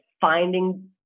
finding